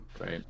Right